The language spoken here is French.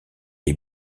les